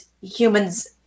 humans